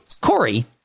Corey